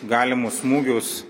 galimus smūgius